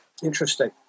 Interesting